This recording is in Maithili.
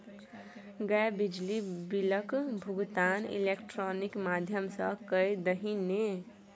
गै बिजली बिलक भुगतान इलेक्ट्रॉनिक माध्यम सँ कए दही ने